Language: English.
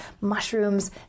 mushrooms